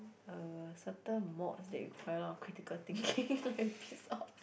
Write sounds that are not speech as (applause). uh certain mods that require a lot of critical thinking (laughs) like piss off